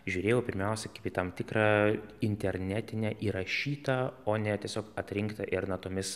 žiūrėjau pirmiausia kaip į tam tikrą internetinę įrašytą o ne tiesiog atrinktą ir natomis